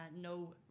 no